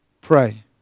Pray